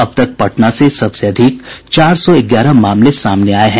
अब तक पटना से सबसे अधिक चार सौ ग्यारह मामले सामने आये हैं